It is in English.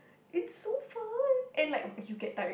it's so fun and like you get tired